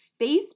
Facebook